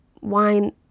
wine